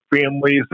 families